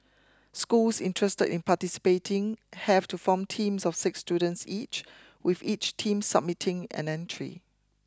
schools interested in participating have to form teams of six students each with each team submitting an entry